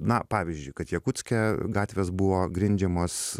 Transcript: na pavyzdžiui kad jakutske gatvės buvo grindžiamos